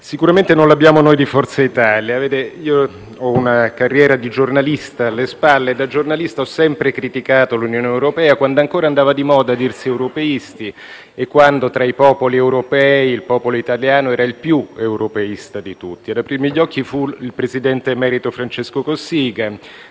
sicuramente non l'abbiamo noi di Forza Italia. Io ho una carriera di giornalista alle spalle e da giornalista ho sempre criticato l'Unione europea, quando ancora andava di moda dirsi europeisti e quando, tra i popoli europei, quello italiano era il più europeista di tutti. Ad aprirmi gli occhi fu il presidente emerito Francesco Cossiga,